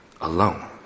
alone